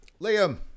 liam